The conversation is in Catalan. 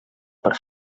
per